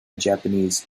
japanese